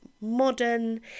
modern